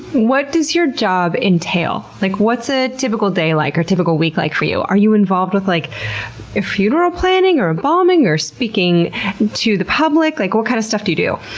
what does your job entail? like what's a typical day like, or a typical week like for you? are you involved with like ah funeral planning, or embalming, or speaking to the public? like what kind of stuff do you do?